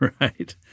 Right